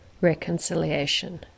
reconciliation